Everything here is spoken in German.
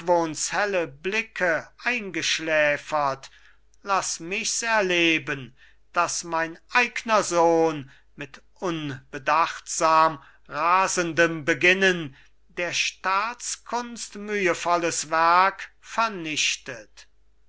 blicke eingeschläfert laß michs erleben daß mein eigner sohn mit unbedachtsam rasendem beginnen der staatskunst mühevolles werk vernichtet